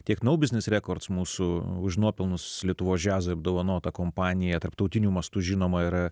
tiek naujus rekordus mūsų už nuopelnus lietuvos džiazui apdovanota kompanija tarptautiniu mastu žinoma yra